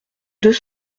deux